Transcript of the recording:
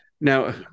now